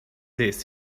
this